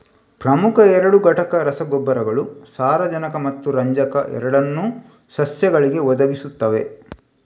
ಪ್ರಮುಖ ಎರಡು ಘಟಕ ರಸಗೊಬ್ಬರಗಳು ಸಾರಜನಕ ಮತ್ತು ರಂಜಕ ಎರಡನ್ನೂ ಸಸ್ಯಗಳಿಗೆ ಒದಗಿಸುತ್ತವೆ